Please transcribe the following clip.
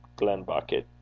Glenbucket